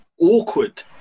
awkward